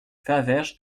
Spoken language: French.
faverges